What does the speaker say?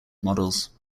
models